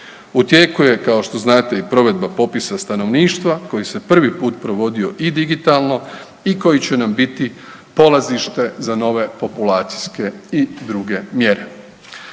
U tijeku je kao što znate i provedba popisa stanovništva koji se prvi put provodio i digitalno i koji će nam biti polazište za nove populacijske i druge mjere.